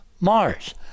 Mars